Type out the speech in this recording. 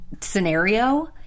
scenario